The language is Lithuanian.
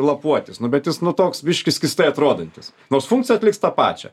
lapuotis nu bet jis nu toks biškį skystai atrodantis nors funkciją atliks tą pačią